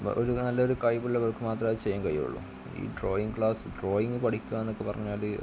ഒരു നല്ലൊരു കഴിവുള്ളവർക്ക് മാത്രമേ അത് ചെയ്യാൻ കഴിയൂള്ളൂ ഈ ഡ്രോയിംഗ് ക്ലാസ് ഈ ഡ്രോയിംഗ് പഠിക്കുക എന്ന് ഒക്കെ പറഞ്ഞാൽ